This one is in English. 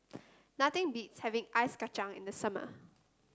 nothing beats having Ice Kachang in the summer